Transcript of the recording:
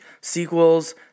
Sequels